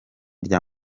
rya